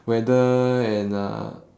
weather and uh